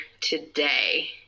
today